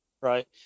Right